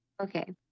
Okay